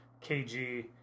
KG